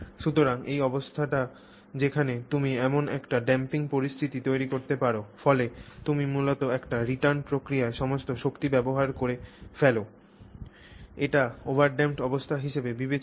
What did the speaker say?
সুতরাং এই অবস্থাটি যেখানে তুমি এমন একটি ড্যাম্পিং পরিস্থিতি তৈরি করতে পার ফলে তুমি মূলত একটি রিটার্ন প্রক্রিয়ায় সমস্ত শক্তি ব্যবহার করে ফেল এটি ওভারড্যাম্পড অবস্থা হিসাবে বিবেচিত হয়